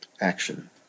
action